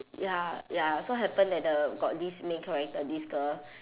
ya ya so happen that the got this main character this girl